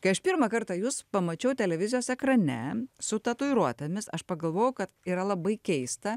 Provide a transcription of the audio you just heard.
kai aš pirmą kartą jus pamačiau televizijos ekrane su tatuiruotėmis aš pagalvojau kad yra labai keista